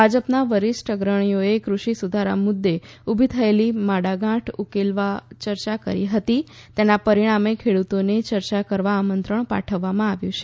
ભાજપના વરિષ્ઠ અગ્રણીઓએ કુષિ સુધારા મુદ્દે ઊભી થયેલી મડાગાંઠ ઉકેલવા ચર્ચા કરી હતી તેના પરિણામે ખેડૂતોને ચર્ચા કરવા આમંત્રણ પાઠવવામાં આવ્યું છે